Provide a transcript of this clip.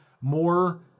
more